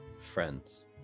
friends